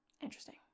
Interesting